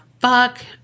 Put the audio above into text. fuck